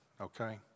Okay